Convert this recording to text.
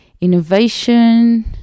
innovation